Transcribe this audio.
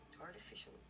artificial